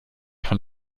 von